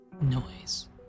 noise